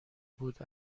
بود